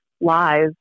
lies